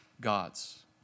God's